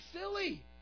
silly